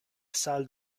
salle